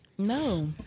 No